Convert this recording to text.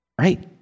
right